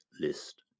list